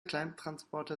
kleintransporter